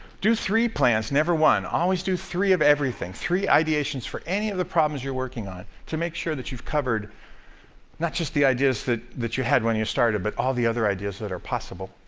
do three plans, never one, always do three of everything, three ideations for any of the problems you're working on to make sure that you've covered not just the ideas that that you had when you started, but all the other ideas that are possible.